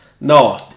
No